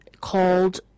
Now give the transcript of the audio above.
called